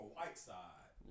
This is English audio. Whiteside